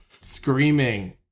Screaming